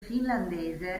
finlandese